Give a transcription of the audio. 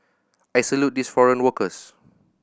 I salute these foreign workers